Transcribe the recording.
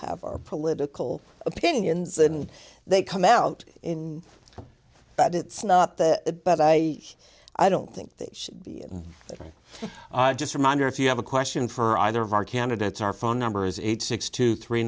have our political opinions and they come out in but it's not that but i i don't think they should let me just remind you if you have a question for either of our candidates our phone number is eight six two three